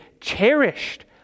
cherished